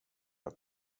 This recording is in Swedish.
att